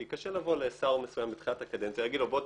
כי קשה לבוא לשר מסוים בתחילת הקדנציה ולהגיד לו: בוא,